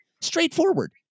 Straightforward